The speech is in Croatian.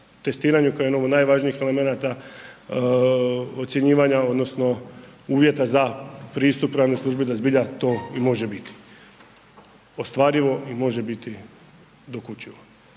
testiranju koje je jedno od najvažniji elemenata ocjenjivanja odnosno uvjeta za pristup državnoj službi da zbilja to može i biti. Ostvarivo i može biti dokučivo